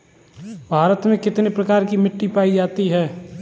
भारत में कितने प्रकार की मिट्टी पाई जाती है?